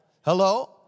Hello